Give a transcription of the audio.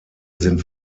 sind